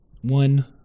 One